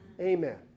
Amen